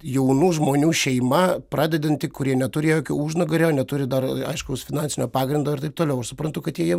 jaunų žmonių šeima pradedanti kurie neturi jokio užnugario neturi dar aiškaus finansinio pagrindo ir taip toliau aš suprantu kad jie